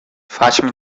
fatima